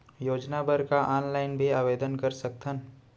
योजना बर का ऑनलाइन भी आवेदन कर सकथन?